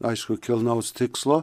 aišku kilnaus tikslo